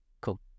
Cool